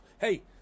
hey